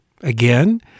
Again